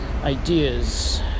ideas